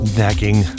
nagging